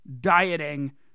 dieting